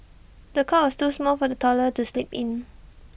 the cot was too small for the toddler to sleep in